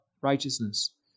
righteousness